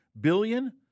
billion